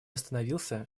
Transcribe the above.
остановился